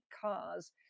cars